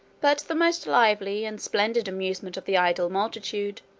but the most lively and splendid amusement of the idle multitude,